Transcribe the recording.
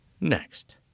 next